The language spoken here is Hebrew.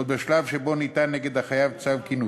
עוד בשלב שבו ניתן נגד החייב צו כינוס,